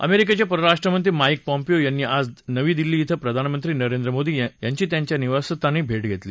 अमेरिकेचे परराष्ट्रमंत्री Mike Pompeo यांनी आज नवी दिल्ली धिं प्रधानमंत्री नरेंद्र मोदी यांची त्यांच्या निवासस्थानी भेट घेतली